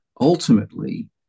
ultimately